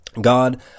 God